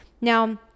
Now